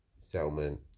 Settlement